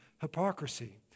hypocrisy